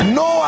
no